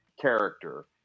character